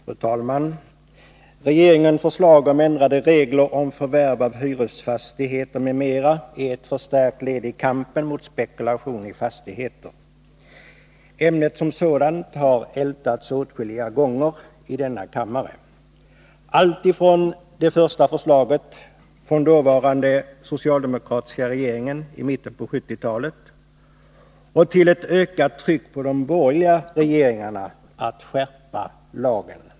Fru talman! Regeringens förslag om ändrade regler för förvärv av hyresfastighet m.m. är ett förstärkt led i kampen mot spekulation i fastigheter. Ämnet som sådant har ältats åtskilliga gånger i denna kammare — alltifrån det första förslaget från den dåvarande socialdemokratiska regeringen i mitten på 1970-talet till ett ökat tryck på de borgerliga regeringarna att skärpa lagen.